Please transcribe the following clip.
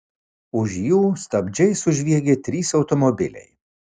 už jų stabdžiais sužviegė trys automobiliai